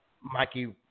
Mikey